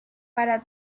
para